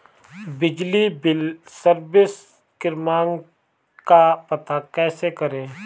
बिजली bill service क्रमांक का पता कैसे करें?